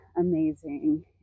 amazing